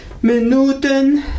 Minuten